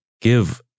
give